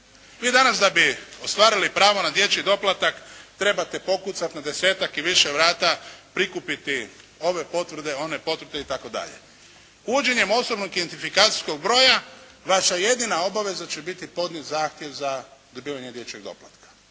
Vi danas da bi ostvarili pravo na dječji doplatak trebate pokucati na desetak i više vrata, prikupiti ove potvrde, one potvrde itd. Uvođenjem osobnog identifikacijskog broja vaša jedina obaveza će biti podnijeti zahtjev za dobivanje dječjeg doplatka.